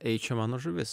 ei čia mano žuvis